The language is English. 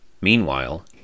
Meanwhile